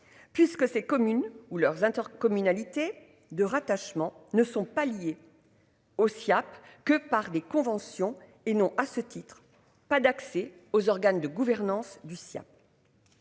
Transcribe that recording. Puisque ces communes ou leurs intercommunalités de rattachement ne sont pas liées. Au CIAP que par des conventions et non à ce titre, pas d'accès aux organes de gouvernance du sien.